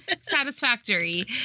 satisfactory